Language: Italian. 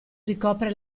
ricopre